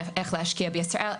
איך להשקיע בישראל,